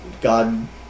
God